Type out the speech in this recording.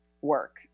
work